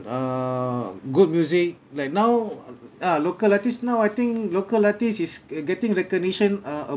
err good music like now ah local artist now I think local artist is uh getting recognition uh